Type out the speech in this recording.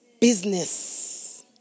business